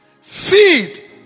Feed